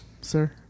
sir